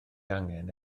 angen